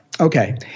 Okay